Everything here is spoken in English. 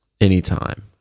anytime